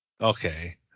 Okay